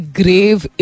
grave